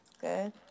Good